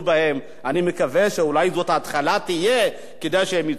אני מקווה שאולי זאת תהיה התחלה כדי שהם יצאו ממצוקתם.